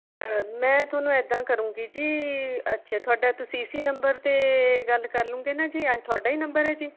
ਮੈਂ ਤੁਹਾਨੂੰ ਇੱਦਾਂ ਕਰੂਂਗੀ ਜੀ ਅੱਛਾ ਤੁਹਾਡਾ ਤੁਸੀਂ ਇਸੀ ਨੰਬਰ 'ਤੇ ਗੱਲ ਕਰਲੂਂਗੇ ਨਾ ਜੀ ਆਹ ਤੁਹਾਡਾ ਹੀ ਨੰਬਰ ਹੈ ਜੀ